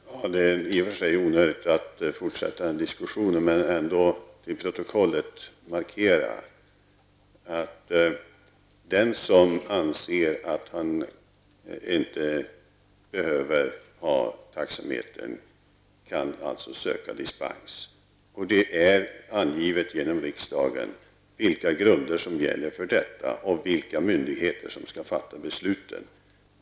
Herr talman! Det är i och för sig onödigt att fortsätta den här diskussionen, men jag vill ändå för protokollet markera att den som anser att han inte behöver ha taxameter alltså kan söka dispens. Det är angivet genom riksdagen vilka grunder som gäller för detta och vilka myndigheter som skall fatta besluten.